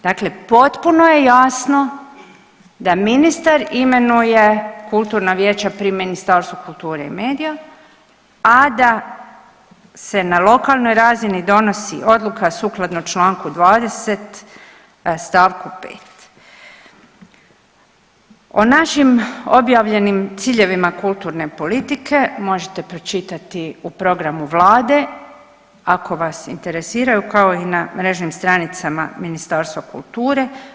Dakle, potpuno je jasno da ministar imenuje kulturna vijeća pri Ministarstvu kulture i medija, a da se na lokalnoj razini donosi odluka sukladno čl. 20. st. 5. O našim objavljenim ciljevima kulturne politike možete pročitati u programu vlade, ako vas interesiraju kao i na mrežnim stranicama Ministarstva kulture.